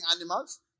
animals